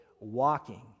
Walking